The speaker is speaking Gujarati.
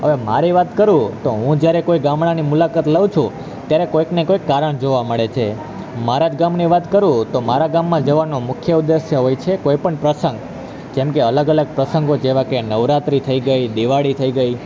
હવે મારી વાત કરું તો હું જ્યારે કોઈ ગામડાની મુલાકાત લઉં છું ત્યારે કોઈકને કોઈક કારણ જોવા મળે છે મારા જ ગામની વાત કરું તો મારા ગામમાં જવાનો મુખ્ય ઉદેશ્ય હોય છે કોઈ પણ પ્રસંગ જેમકે અલગ અલગ પ્રંસગો જેવા કે નવરાત્રી થઈ ગઈ દિવાળી થઈ ગઈ